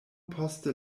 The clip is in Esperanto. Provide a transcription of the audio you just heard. poste